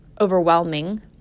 overwhelming